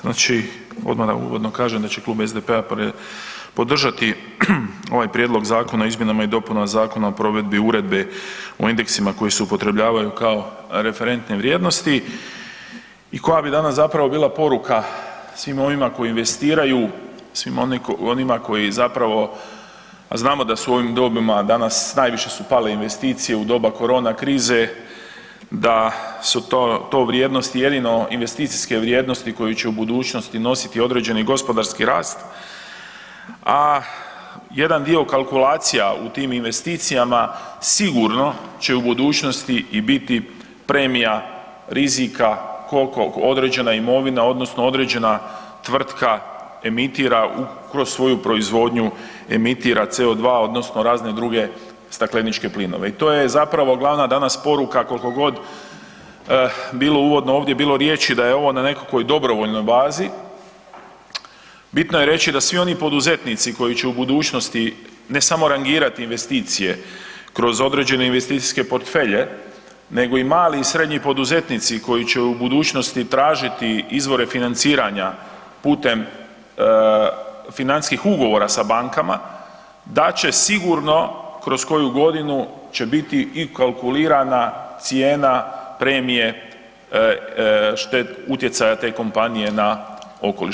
Znači odmah da uvodno kažem da će klub SDP-a podržati ovaj Prijedlog zakona o izmjenama i dopunama Zakona o provedbi Uredbe 2016/2011 o indeksima koji se upotrebljavaju kao referentne vrijednosti i koja bi danas zapravo bila poruka svima onima koji investiraju, svima onima koji zapravo a znamo da su ovim dobima danas, najviše su pale investicije u doba korona krize, da su to vrijednosti jedino investicijske vrijednosti koje e u budućnosti nositi određeni i gospodarski rast a jedan dio kalkulacija u tim investicijama sigurno će u budućnosti i biti premija rizika koliko određena imovina odnosno određena tvrtka emitira upravo svoju proizvodnju, emitira CO2 odnosno razne druge stakleničke plinove i to je zapravo glavna danas poruka koliko god bilo uvodno ovdje bilo riječi da je ovo na nekakvoj dobrovoljnoj bazi, bitno je reći da svi oni poduzetnici koji će u budućnosti ne samo rangirati investicije kroz određene investicijske portfelje nego i mali i srednji poduzetnici koji će u budućnosti tražiti izvore financiranja putem financijskih ugovora sa bankama, da će sigurno kroz koju godinu će biti i kalkulirana cijena premije utjecaja te kompanije na okoliš.